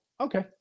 Okay